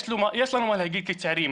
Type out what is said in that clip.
יש לנו מה להגיד כצעירים.